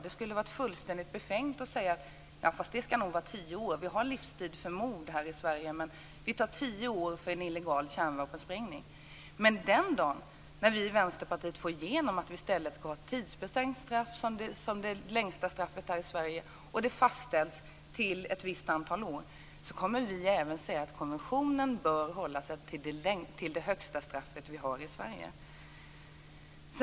Det skulle vara fullständigt befängt att säga att det ska vara tio år, för vi har livstidsstraff för mord i Sverige, men vi väljer tio år för illegal kärnvapensprängning. Men den dagen när vi i Vänsterpartiet får igenom att vi i stället ska ha ett tidsbestämt straff som det längsta straffet i Sverige och att det fastställs till ett visst antal år, kommer vi även att säga att konventionen bör hålla sig till det högsta straff vi har i Sverige.